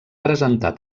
presentar